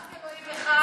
רק אלוהים אחד.